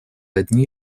одни